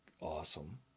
awesome